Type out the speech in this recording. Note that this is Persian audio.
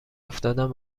افتادم